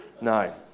No